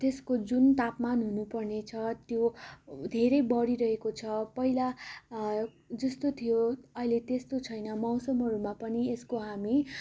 त्यसको जुन तापमान हुनु पर्ने छ त्यो धेरै बढिरहेको छ पहिला जस्तो थियो अहिले त्यस्तो छैन मौसमहरूमा पनि यसको हामी